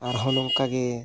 ᱟᱨ ᱦᱚᱸ ᱱᱚᱝᱠᱟᱜᱮ